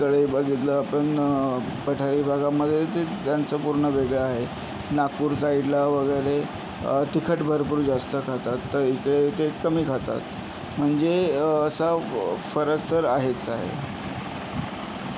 इकडे बघितलं आपण पठारी भागामध्ये ते त्यांचं पूर्ण वेगळं आहे नागपूर साईडला वगैरे तिखट भरपूर जास्त खातात तर इथे ते कमी खातात म्हणजे असा ब फरक तर आहेच आहे